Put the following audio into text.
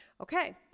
okay